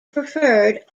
preferred